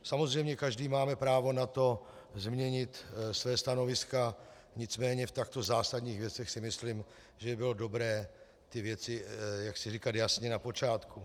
Samozřejmě každý máme právo na to změnit svá stanoviska, nicméně v takto zásadních věcech si myslím, že by bylo dobré ty věci jaksi říkat jasně na počátku.